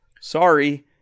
sorry